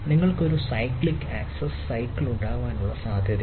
നിങ്ങൾക്ക് ഒരു cyclic access cycle ഉണ്ടാകാനുള്ള സാധ്യതയുണ്ട്